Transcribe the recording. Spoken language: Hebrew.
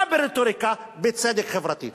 לא ברטוריקה, בצדק חברתי.